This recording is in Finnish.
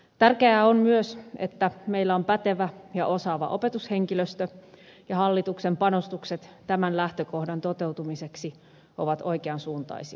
tärkeää on myös että meillä on pätevä ja osaava opetushenkilöstö ja hallituksen panostukset tämän lähtökohdan toteutumiseksi ovat oikean suuntaisia